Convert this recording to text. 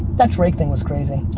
that drake thing was crazy.